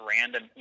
random